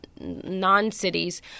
non-cities